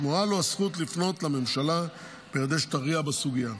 שמורה לו הזכות לפנות לממשלה כדי שתכריע בסוגיה.